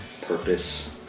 Purpose